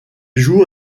joue